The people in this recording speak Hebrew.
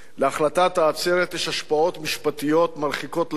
להחלטת העצרת יש השפעות משפטיות מרחיקות לכת,